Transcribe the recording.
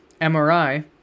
MRI